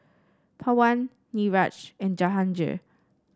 Pawan Niraj and Jahangir